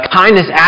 kindness